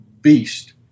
beast